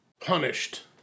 punished